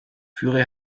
führe